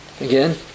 Again